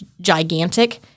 gigantic